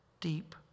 deep